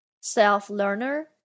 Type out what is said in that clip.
self-learner